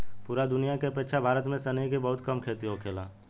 पूरा दुनिया के अपेक्षा भारत में सनई के बहुत कम खेती होखेला